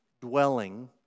dwelling